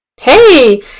Hey